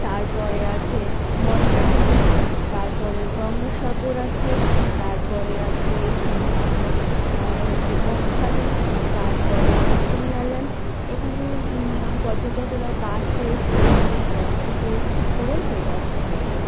তারপরে আছে মন্দারমণি তারপরে গঙ্গাসাগর আছে তারপরে আছে আপনার হচ্ছে বকখালি তারপরে মৌসুনি আইল্যান্ড এখানে পর্যটকেরা বাসে ট্রেনে ট্যাক্সিতে করে চলে আসতে পারবে